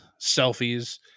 selfies